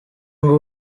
ngo